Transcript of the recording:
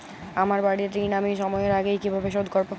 আমার বাড়ীর ঋণ আমি সময়ের আগেই কিভাবে শোধ করবো?